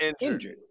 injured